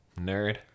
nerd